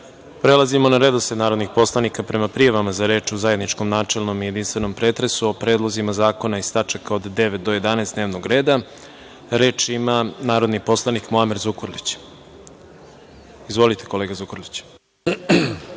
Šešelj. Prelazimo na redosled narodnih poslanik prema prijavama za reč u zajedničkom načelnom i jedinstvenom pretresu o predlozima zakona iz tačaka od 9. do 11. dnevnog reda. Reč ima narodni poslanik Muamer Zukorlić. Izvolite, kolega Zukorliću.